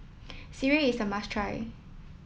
Sireh is a must try